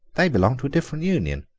they belong to a different union.